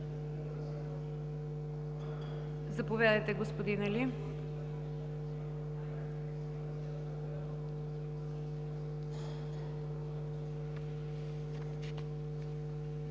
Заповядайте, господин Али.